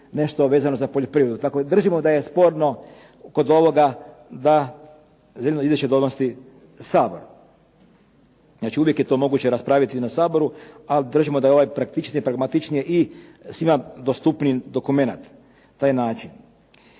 nešto vezano za poljoprivredu. Tako da držimo da je sporno kod ovoga da … /Govornik se ne razumije./… donosi Sabor. Znači uvijek je to moguće raspraviti na Saboru, a držimo da je ovo praktičnije, pragmatičnije i svima dostupniji dokumenat, taj način.